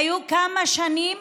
היו כמה שנים